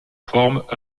forment